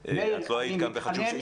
מדהים.